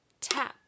Tap